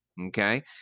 Okay